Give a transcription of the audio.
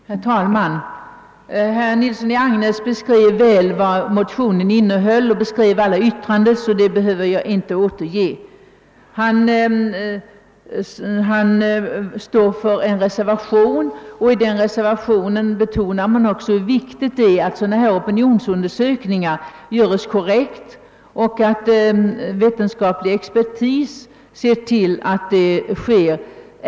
Herr talman! Herr Nilsson i Agnäs beskrev väl vad motionen innehåller och beskrev också alla yttranden, varför jag inte behöver gå in på dem. Han står för en reservation i vilken man betonar hur viktigt det är att sådana här opinionsundersökningar görs korrekt och att vetenskaplig expertis ser till att så sker.